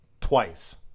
twice